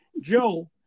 Joe